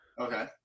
Okay